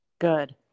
Good